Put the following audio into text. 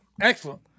excellent